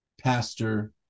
pastor